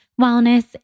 wellness